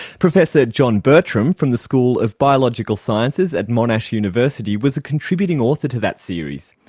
professor john bertram from the school of biomedical sciences at monash university was a contributing author to that series.